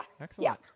Excellent